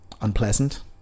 unpleasant